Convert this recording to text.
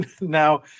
now